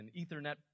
Ethernet